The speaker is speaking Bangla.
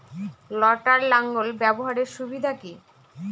লটার লাঙ্গল ব্যবহারের সুবিধা কি?